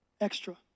extra